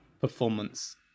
performance